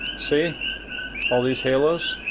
see all these halos?